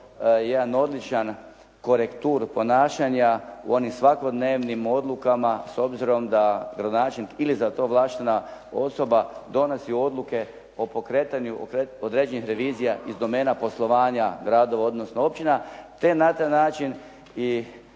jedan odličan korektur ponašanja u onim svakodnevnim odlukama s obzirom da gradonačelnik ili za to ovlaštena osoba donosi odluke o pokretanju određenih revizija iz domena poslovanja grada odnosno općina te na taj način